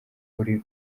uri